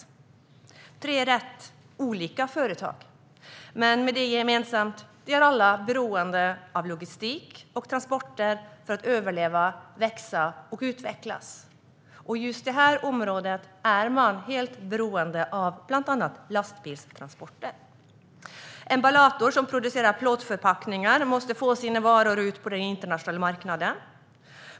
De är tre rätt olika företag men med det gemensamt att de alla är beroende av logistik och transporter för att överleva, växa och utvecklas. I just detta område är man helt beroende av bland annat lastbilstransporter. Emballator, som producerar plåtförpackningar, måste få ut sina varor på den internationella marknaden.